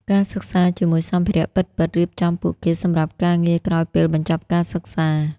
ការសិក្សាជាមួយសម្ភារៈពិតៗរៀបចំពួកគេសម្រាប់ការងារក្រោយពេលបញ្ចប់ការសិក្សា។